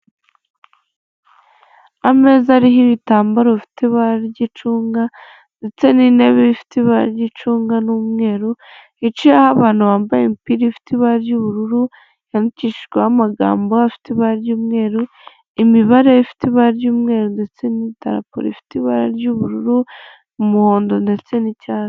Ameza ariho ibitambaro bifite ibara ry'icunga, ndetse n'intebe ifite ibara ry'icunga, n'umweru, yicayeho abantu bambaye imipira ifite ibara ry'ubururu, yandikishijweho amagambo afite ibara ry'umweru, imibare ifite ibara ry'umweru ndetse n'idarapo rifite ibara ry'ubururu umuhondo ndetse n'icyatsi.